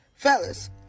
Fellas